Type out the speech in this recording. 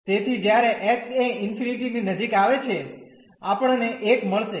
તેથી જ્યારે x એ ∞ ની નજીક આવે છે આપણને 1 મળશે